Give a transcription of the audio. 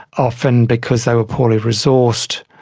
often because they were poorly resourced.